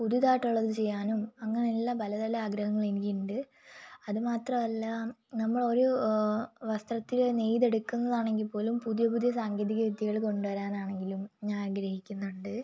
പുതിയതായിട്ടുള്ളത് ചെയ്യാനും അങ്ങനെയെല്ലാം പല പല ആഗ്രഹങ്ങളെനിക്കുണ്ട് അതുമാത്രം അല്ല നമ്മളൊരു വസ്ത്രത്തിൽ നെയ്തെടുക്കുന്നതാണെങ്കിൽ പോലും പുതിയ പുതിയ സാങ്കേതിക വിദ്യകൾകൊണ്ട് വരാനാണെങ്കിലും ഞാഗ്രഹിക്കുന്നുണ്ട്